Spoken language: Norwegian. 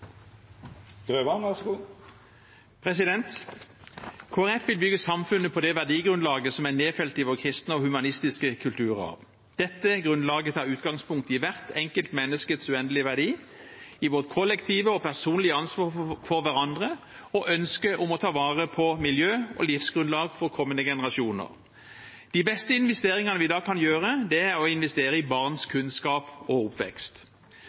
humanistiske kulturarv. Dette grunnlaget tar utgangspunkt i hvert enkelt menneskes uendelige verdi, i vårt kollektive og personlige ansvar for hverandre og i ønsket om å ta vare på miljø og livsgrunnlag for kommende generasjoner. De beste investeringene vi da kan gjøre, er å investere i barns kunnskap og oppvekst.